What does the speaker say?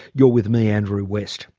you're with me, andrew west